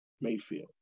Mayfield